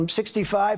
65